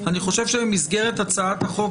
אני חושב שבמסגרת הצעת החוק,